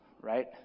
right